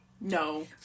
No